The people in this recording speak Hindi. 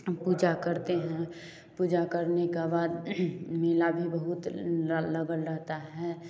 पूजा करते हैं पूजा करने का बाद मेला भी बहुत लगा रहता है